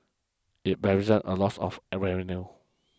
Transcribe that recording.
it represents a loss of a revenue